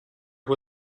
who